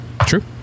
True